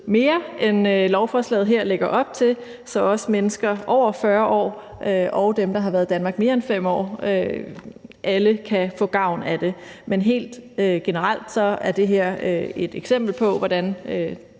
mere, end lovforslaget her lægger op til, så også mennesker over 40 år og dem, der har været i Danmark i mere end 5 år, alle kan få gavn af det. Men helt generelt er det her et eksempel på, hvordan